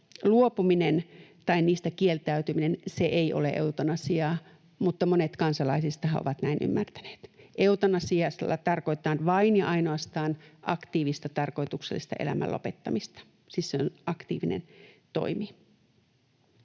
luopuminen tai niistä kieltäytyminen ei ole eutanasiaa, mutta monet kansalaisistahan ovat näin ymmärtäneet. Eutanasialla tarkoitetaan vain ja ainoastaan aktiivista, tarkoituksellista elämän lopettamista — siis se on aktiivinen toimi.